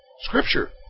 Scripture